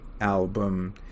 album